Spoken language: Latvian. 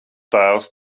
tēvs